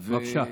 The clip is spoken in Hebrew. בבקשה.